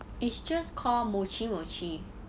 it's just call Mochi Mochi